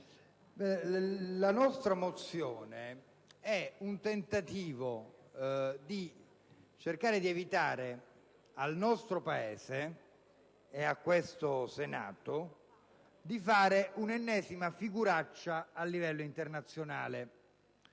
la mozione n. 262 è un tentativo per evitare al nostro Paese e a questo Senato di fare un'ennesima figuraccia a livello internazionale.